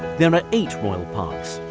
there are eight royal parks,